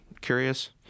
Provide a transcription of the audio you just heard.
curious